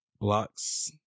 blocks